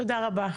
תודה רבה.